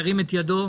ירים את ידו.